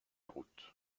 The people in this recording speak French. route